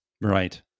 Right